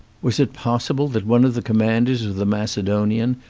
was it possible that one of the commanders of the macedonian,